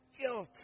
guilt